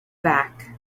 back